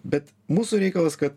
bet mūsų reikalas kad